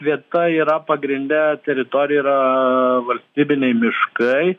vieta yra pagrinde teritorija yra valstybiniai miškai